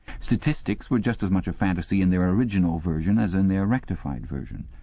statistics were just as much a fantasy in their original version as in their rectified version.